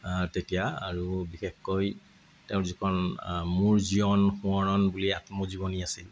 তেতিয়া আৰু বিশেষকৈ তেওঁৰ যিখন মোৰ জীৱন সোঁৱৰণ বুলি আত্মজীৱনী আছে